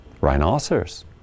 rhinoceros